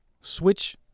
switch